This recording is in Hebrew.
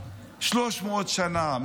300 שנה,